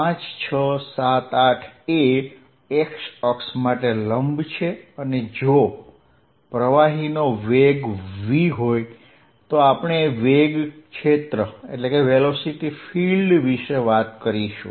5 6 7 8 એ x અક્ષ માટે લંબ છે અને જો પ્રવાહીનો વેગ v હોય તો આપણે વેગ ક્ષેત્ર વિશે વાત કરીશું